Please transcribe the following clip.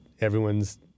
everyone's